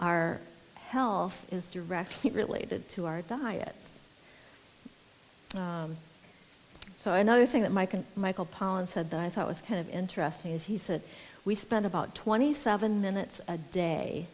our health is directly related to our diets so another thing that mike and michael pollan said that i thought was kind of interesting is he said we spend about twenty seven minutes a day